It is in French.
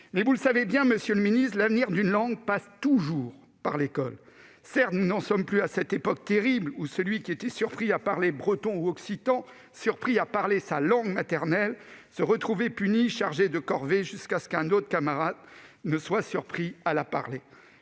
Mais, vous le savez bien, monsieur le ministre, l'avenir d'une langue passe toujours par l'école. Certes, nous n'en sommes plus à cette époque terrible où celui qui était surpris à parler breton ou occitan, surpris à parler sa langue maternelle, se retrouvait puni, chargé de corvée, jusqu'à ce qu'un autre camarade ne soit surpris à la parler.